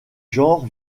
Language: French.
genre